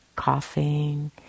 coughing